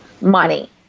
money